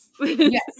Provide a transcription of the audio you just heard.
Yes